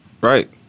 Right